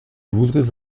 voudrais